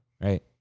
right